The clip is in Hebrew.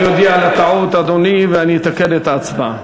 אני אודיע על הטעות, אדוני, ואני אתקן את ההצבעה.